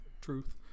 truth